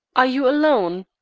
are you alone?